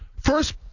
First